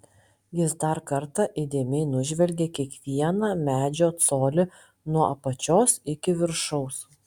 jis dar kartą įdėmiai nužvelgė kiekvieną medžio colį nuo apačios iki viršaus